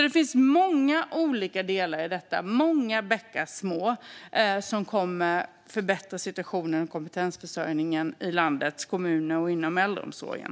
Det finns många olika delar i detta - många bäckar små - som kommer att förbättra situationen och kompetensförsörjningen i landets kommuner och inom äldreomsorgen.